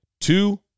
Two